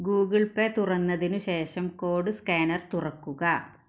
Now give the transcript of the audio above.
Google Pay തുറന്നതിന് ശേഷം code scanner തുറക്കുക